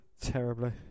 Terribly